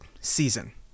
season